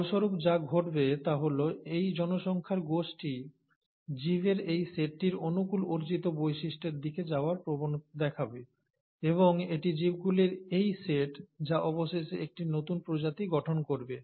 ফলস্বরূপ যা ঘটবে তা হল এই জনসংখ্যার গোষ্ঠী জীবের এই সেটটির অনুকূল অর্জিত বৈশিষ্ট্যের দিকে যাওয়ার প্রবণতা দেখাবে এবং এটি জীবগুলির এই সেট যা অবশেষে একটি নতুন প্রজাতি গঠন করবে